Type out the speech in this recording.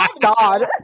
God